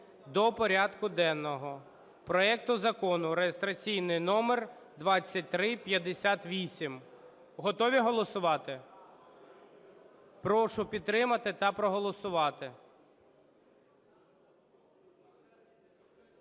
до порядку денного проекту закону, реєстраційний номер 2358. Готові голосувати? Прошу підтримати та проголосувати.